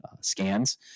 scans